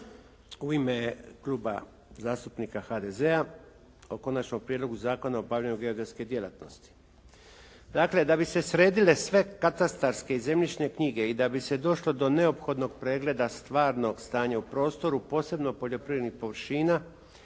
U ime Kluba zastupnika HDZ-a o Konačnom prijedlogu Zakona o geodetskoj djelatnosti. Dakle da bi se sredile sve katastarske i zemljišne knjige i da bi se došlo do neophodnog pregleda stvarnog stanja u prostoru, posebno poljoprivrednih površina,